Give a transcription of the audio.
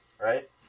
right